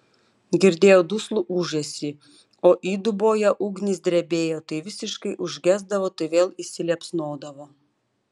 girdėjo duslų ūžesį o įduboje ugnys drebėjo tai visiškai užgesdavo tai vėl įsiliepsnodavo